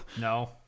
No